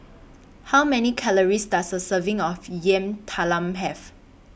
How Many Calories Does A Serving of Yam Talam Have